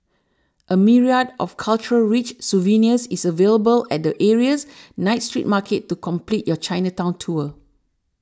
a myriad of cultural rich souvenirs is available at the area's night street market to complete your Chinatown tour